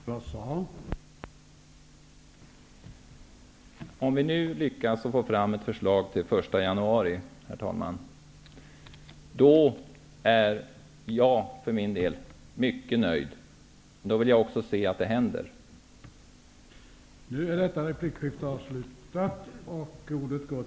Herr talman! Om vi lyckas få fram ett förslag till den 1 januari 1994 är jag för min del mycket nöjd. Men jag vill också se att det händer något.